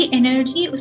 energy